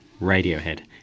Radiohead